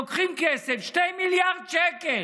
לוקחות כסף, 2 מיליארד שקל,